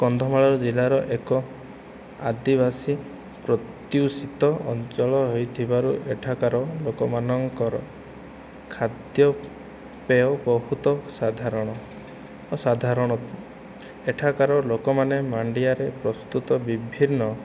କନ୍ଧମାଳ ଜିଲ୍ଲାର ଏକ ଆଦିବାସୀ ପ୍ରତ୍ୟୁଶିତ ଅଞ୍ଚଳ ହୋଇଥିବାରୁ ଏଠାକାର ଲୋକମାନଙ୍କର ଖାଦ୍ୟପେୟ ବହୁତ ସାଧାରଣ ଓ ସାଧାରଣ ଏଠାକାର ଲୋକମାନେ ମାଣ୍ଡିଆରେ ପ୍ରସ୍ତୁତ ବିଭିନ୍ନ